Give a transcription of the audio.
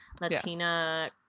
Latina